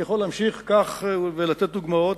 אני יכול להמשיך ולתת דוגמאות,